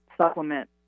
supplement